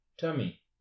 tummy